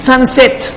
Sunset